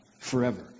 forever